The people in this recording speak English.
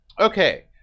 Okay